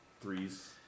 Threes